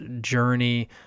journey